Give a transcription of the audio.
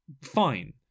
Fine